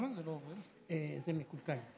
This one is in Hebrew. מקולקל.